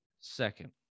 Second